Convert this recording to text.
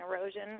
erosion